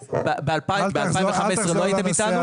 ב-2015 לא הייתם איתנו?